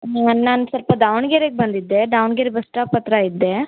ನಾನು ಸ್ವಲ್ಪ ದಾವಣಗೆರೆಗೆ ಬಂದಿದ್ದೆ ದಾವಣಗೆರೆ ಬಸ್ಟಾಪ್ ಹತ್ತಿರ ಇದ್ದೆ